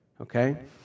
okay